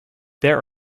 there